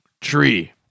tree